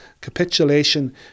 capitulation